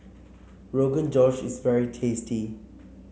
Rogan Josh is very tasty